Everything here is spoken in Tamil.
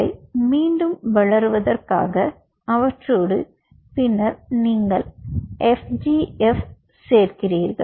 அவை மீண்டும் வளருவதற்காக அவற்றோடு பின்னர் நீங்கள் FGF சேர்க்கிறீர்கள்